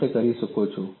માટે કરી શકો છો